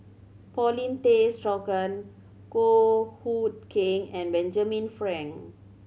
Paulin Tay Straughan Goh Hood Keng and Benjamin Frank